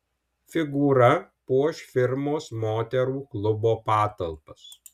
figūra puoš firmos moterų klubo patalpas